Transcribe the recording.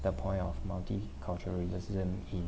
the point of multiculturalism in